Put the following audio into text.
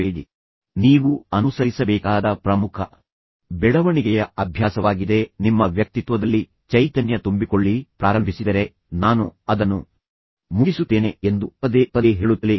ನೀವು ಅದನ್ನು ಪ್ರಾರಂಭಿಸಿ ಮುಗಿಸಿದರೆ ಇದು ನೀವು ಅನುಸರಿಸಬೇಕಾದ ಪ್ರಮುಖ ಬೆಳವಣಿಗೆಯ ಅಭ್ಯಾಸವಾಗಿದೆ ನಿಮ್ಮ ವ್ಯಕ್ತಿತ್ವದಲ್ಲಿ ಚೈತನ್ಯ ತುಂಬಿಕೊಳ್ಳಿ ನಾನು ಅದನ್ನು ಪ್ರಾರಂಭಿಸಿದರೆ ನಾನು ಅದನ್ನು ಮುಗಿಸುತ್ತೇನೆ ಎಂದು ಪದೇ ಪದೇ ಹೇಳುತ್ತಲೇ ಇರಿ